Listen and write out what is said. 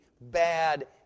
bad